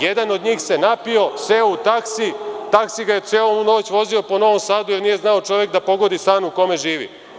Jedan od njih se napio, seo u taksi, taksi ga je celu noć vozio po Novom Sadu, jer nije znao čovek da pogodi stan u kome živi.